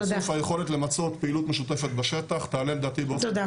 בסוף היכולת למצות פעילות משותפת בשטח תעלה לדעתי באופן משמעותי.